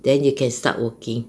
then you can start working